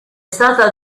stata